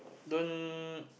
don't